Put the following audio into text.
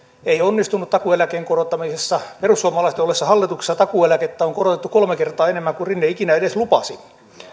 ei onnistunut takuueläkkeen korottamisessa perussuomalaisten ollessa hallituksessa takuueläkettä on korotettu kolme kertaa enemmän kuin rinne ikinä edes lupasi